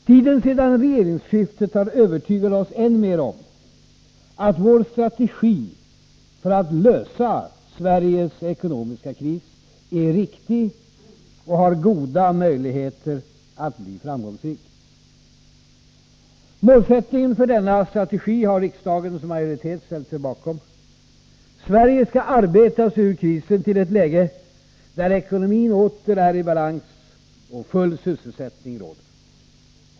Tiden sedan regeringsskiftet har än mer övertygat oss om att vår strategi för att lösa Sveriges ekonomiska kris är riktig och har goda möjligheter att bli framgångsrik. Målsättningen för denna strategi har riksdagens majoritet ställt sig bakom: Sverige skall arbeta sig ur krisen till ett läge där ekonomin åter är i balans och full sysselsättning råder.